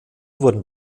wurden